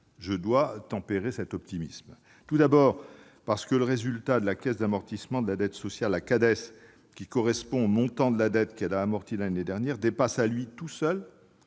je dois tempérer cet optimisme. Tout d'abord, parce que le résultat de la Caisse d'amortissement de la dette sociale, la Cades, qui correspond au montant de la dette qu'elle a amortie l'année dernière, dépasse à lui tout seul